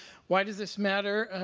why does this matter?